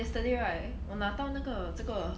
yesterday right 我拿到那个这个